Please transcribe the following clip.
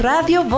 Radio